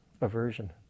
aversion